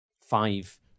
five